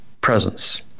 Presence